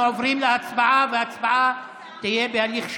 אנחנו עוברים להצבעה, וההצבעה תהיה בהליך שמי.